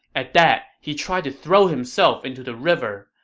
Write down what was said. at that, he tried to throw himself into the river,